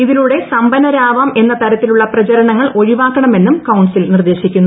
ഇതിലൂടെ സമ്പന്നരാവാമെന്ന തരത്തിലുള്ള പ്രചരണങ്ങൾ ഒഴിവാക്കണമെന്നും കൌൺസിൽ നിർദേശിക്കുന്നു